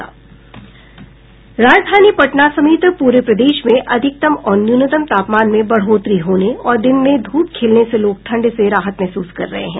राजधानी पटना समेत पूरे प्रदेश में अधिकतम और न्यूनतम तापमान में बढ़ोतरी होने और दिन में धूप खिलने से लोग ठंड से राहत महसूस कर रहे हैं